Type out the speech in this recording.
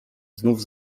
znów